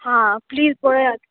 हां प्लीज पळयात